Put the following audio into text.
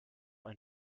ein